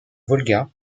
volga